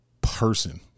person